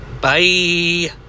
bye